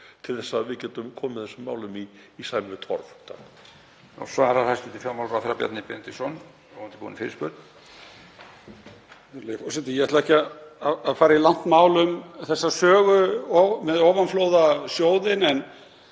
til þess að við getum komið þessum málum í sæmilegt horf.